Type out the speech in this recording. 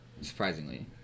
surprisingly